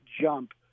jump